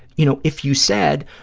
you know, if you said,